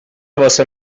واسه